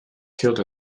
killed